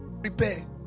prepare